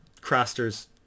Craster's